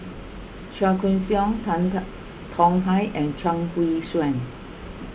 Chua Koon Siong Tan Tong Hye and Chuang Hui Tsuan